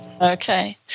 Okay